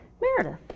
Meredith